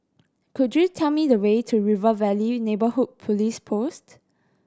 could you tell me the way to River Valley Neighbourhood Police Post